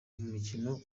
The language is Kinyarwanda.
mikino